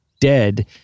dead